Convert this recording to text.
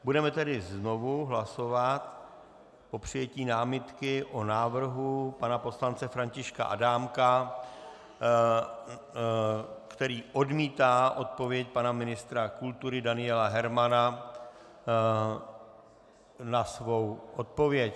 Budeme tedy znovu hlasovat o přijetí námitky o návrhu pana poslance Františka Adámka, který odmítá odpověď pana ministra kultury Daniela Hermana na svou odpověď.